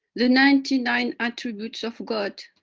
the ninety nine attributes of god.